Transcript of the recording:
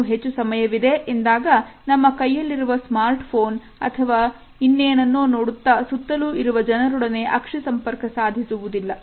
ಇನ್ನೂ ಹೆಚ್ಚು ಸಮಯವಿದೆ ಎಂದಾಗ ನಮ್ಮ ಕೈಯಲ್ಲಿರುವ ಸ್ಮಾರ್ಟ್ಫೋನ್ ಅನ್ನು ನೋಡುತ್ತಾ ಸುತ್ತಲೂ ಇರುವ ಜನರೊಡನೆ ಅಕ್ಷಿ ಸಂಪರ್ಕ ಸಾಧಿಸುವುದಿಲ್ಲ